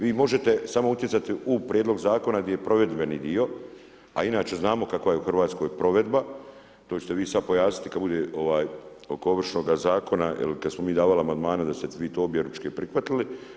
Vi možete samo utjecati u prijedlog zakona gdje je provedbeni dio, a inače znamo kakva u Hrvatskoj provedba, to ćete vi sad pojasniti kad bude oko Ovršnoga zakona jer kad smo mi davali amandmane da ste vi to objeručke prihvatili.